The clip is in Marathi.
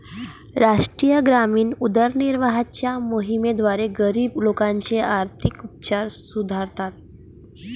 राष्ट्रीय ग्रामीण उदरनिर्वाहाच्या मोहिमेद्वारे, गरीब लोकांचे आर्थिक उपचार सुधारतात